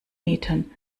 metern